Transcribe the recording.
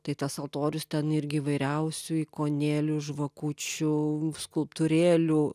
tai tas altorius ten irgi įvairiausių ikonėlių žvakučių skulptūrėlių